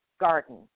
garden